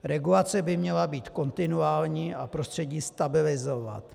Regulace by měla být kontinuální a prostředí stabilizovat.